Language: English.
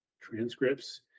transcripts